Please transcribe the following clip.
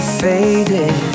faded